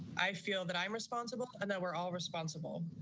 i feel that i'm responsible and that we're all responsible